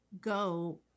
go